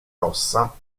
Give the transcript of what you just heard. rossa